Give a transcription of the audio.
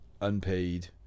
unpaid